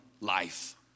life